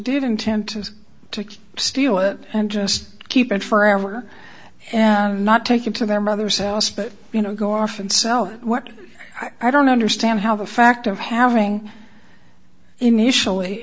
intend to steal it and just keep it forever and not take it to their mother's house but you know go off and sell what i don't understand how the fact of having initially